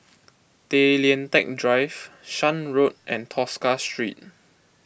Tay Lian Teck Drive Shan Road and Tosca Street